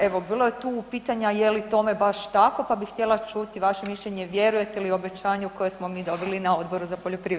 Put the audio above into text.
Evo bilo je tu pitanja je li tome baš tako, pa bi htjela čuti vaše mišljenje, vjerujete li obećanju koje smo mi dobili na Odboru za poljoprivredu?